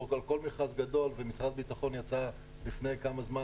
על כל מכרז גדול ומשרד הביטחון יצא לפני כמה זמן